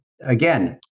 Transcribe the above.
again